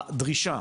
הדרישה